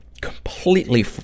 completely